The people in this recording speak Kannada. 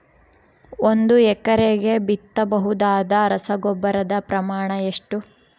ಒಂದು ಎಕರೆಗೆ ಬಿತ್ತಬಹುದಾದ ರಸಗೊಬ್ಬರದ ಪ್ರಮಾಣ ಎಷ್ಟು?